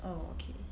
oh okay